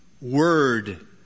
word